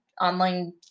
online